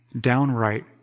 downright